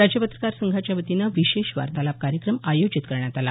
राज्य पत्रकार संघाच्या वतीनं विशेष वार्तालाप कार्यक्रम आयोजित करण्यात आला